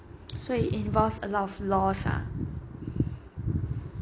so it involves a lot of laws ah